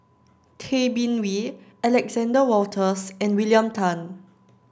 Tay Bin Wee Alexander Wolters and William Tan